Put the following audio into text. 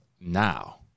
now